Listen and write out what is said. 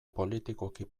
politikoki